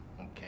okay